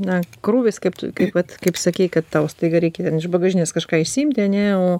na krūvis kaip tu kaip vat kaip sakei kad tau staiga reikia iš bagažinės kažką išsiimti ane o